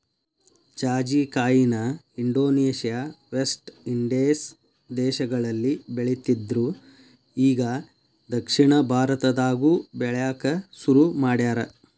ಜಾಜಿಕಾಯಿನ Indonesia, West Indies ದೇಶಗಳಲ್ಲಿ ಬೆಳಿತ್ತಿದ್ರು ಇಗಾ ದಕ್ಷಿಣ ಭಾರತದಾಗು ಬೆಳ್ಯಾಕ ಸುರು ಮಾಡ್ಯಾರ